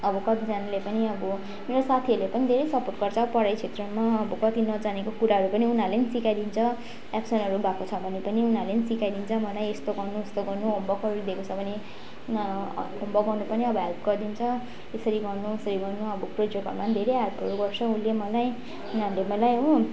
अब कतिजनाले पनि अब मेरो साथीहरूले पनि धेरै सपोर्ट गर्छ पढाइ क्षेत्रमा अब कति नजानेको कुराहरू पनि उनीहरूले नि सिकाइदिन्छ एब्सेन्टहरू भएको छ भने पनि उनीहरूले पनि सिकाइदिन्छ मलाई यस्तो गर्नु उस्तो गर्नु होमवर्कहरू दिएको छ भने होमवर्क गर्नु पनि अब हेल्प गरिदिन्छ यसरी गर्नु उसरी गर्नु अब प्रोजेक्टहरूमा पनि धेरै हेल्पहरू गर्छ उसले मलाई उनीहरूले मलाई हो